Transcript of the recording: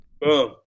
Boom